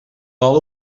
vol